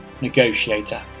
negotiator